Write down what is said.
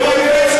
לא מעוניין בו.